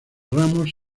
ramos